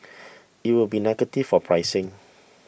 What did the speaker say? it would be negative for pricing